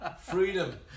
Freedom